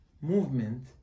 movement